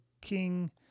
king